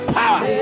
power